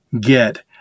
get